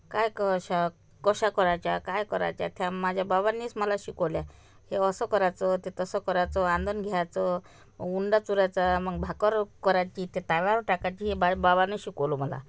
काय कशा कशा करायच्या काय करायच्या त्या माझ्या भावांनीच मला शिकवल्या हे असं करायचं ते तसं करायचं आधण घ्यायचं उंडा चुरायचा मग भाकर करायची ती तव्यावर टाकायची हे भा भावांनी शिकवलं मला